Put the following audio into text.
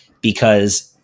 because-